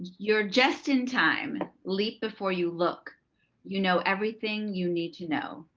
you're just in time leap before you look you know, everything you need to know,